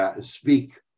speak